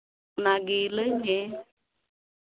ᱚᱱᱟ ᱜᱮ ᱞᱟᱹᱭ ᱢᱮ